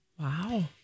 Wow